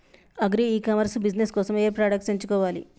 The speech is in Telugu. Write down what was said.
అగ్రి ఇ కామర్స్ బిజినెస్ కోసము ఏ ప్రొడక్ట్స్ ఎంచుకోవాలి?